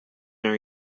are